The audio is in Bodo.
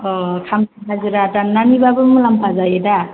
औ खामला हाजिरा दाननानैबाबो मुलाम्फा जायो दा